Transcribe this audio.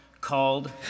called